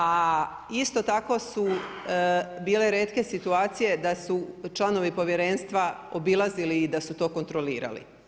A isto tako su bile retke situacije da su članovi povjerenstva da su obilazili i da su to kontrolirali.